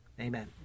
Amen